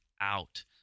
out